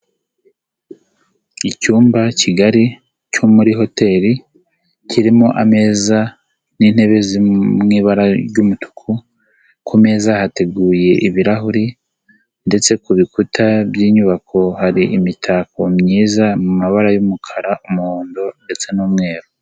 Icyumba kigari cyo muri hoteri, kirimo ameza n'intebe ziri mu ibara ry'umutuku, ku meza hateguye ibirahuri ndetse ku bikuta by'inyubako hari imitako myiza mu mabara y'umukara umuhondo ndetse n'umweru.